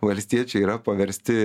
valstiečiai yra paversti